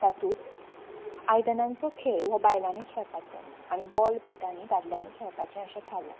तातूंत आयदनांचो खेळ हो बायलांनी खेळपाचो आनी बॉल बॅटांनी दादल्यांनी खेळपाचें अशें थारलां